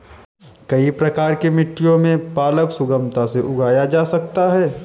कई प्रकार की मिट्टियों में पालक सुगमता से उगाया जा सकता है